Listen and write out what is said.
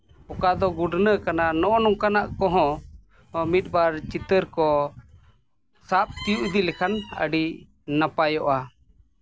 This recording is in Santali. ᱚᱠᱟ ᱫᱚ ᱜᱩᱰᱱᱟᱹ ᱠᱟᱱᱟ ᱱᱚᱜᱼᱚ ᱱᱚᱝᱠᱟᱱᱟᱜ ᱠᱚᱦᱚᱸ ᱢᱤᱫ ᱵᱟᱨ ᱪᱤᱛᱟᱹᱨ ᱠᱚ ᱥᱟᱵ ᱛᱤᱭᱳᱜ ᱞᱮᱠᱷᱟᱱ ᱟᱹᱰᱤ ᱱᱟᱯᱟᱭᱚᱜᱼᱟ